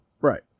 Right